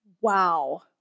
Wow